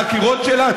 את החקירות שלה?